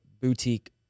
boutique